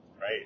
right